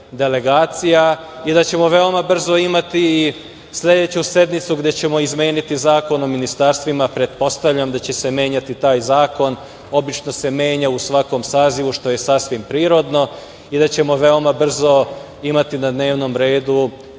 delegacija i da ćemo veoma brzo imati i sledeću sednicu gde ćemo izmeniti Zakon o ministarstvima. Pretpostavljam da će se menjati taj zakon, obično se menja u svakom sazivu, što je sasvim prirodno, i da ćemo veoma brzo imati na dnevnom redu